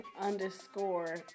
underscore